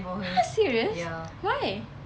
!huh! serious why